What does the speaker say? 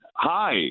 hi